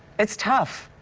it's tough.